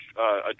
-a